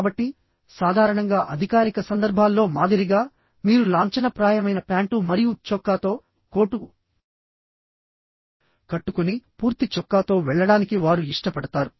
కాబట్టిసాధారణంగా అధికారిక సందర్భాల్లో మాదిరిగామీరు లాంఛనప్రాయమైన ప్యాంటు మరియు చొక్కాతోకోటు కట్టుకునిపూర్తి చొక్కాతో వెళ్లడానికి వారు ఇష్టపడతారు